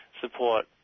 support